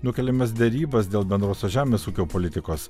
nukeliamas derybas dėl bendrosios žemės ūkio politikos